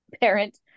parent